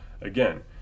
Again